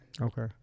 Okay